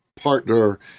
partner